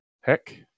Heck